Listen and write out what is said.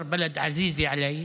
יישוב שיקר לי.